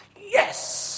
Yes